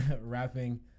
Rapping